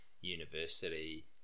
university